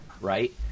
right